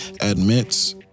admits